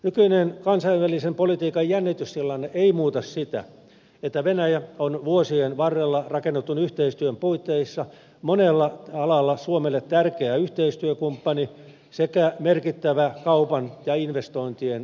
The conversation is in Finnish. nykyinen kansainvälisen politiikan jännitystilanne ei muuta sitä että venäjä on vuosien varrella rakennetun yhteistyön puitteissa monella alalla suomelle tärkeä yhteistyökumppani sekä merkittävä kaupan ja investointien kohdemaa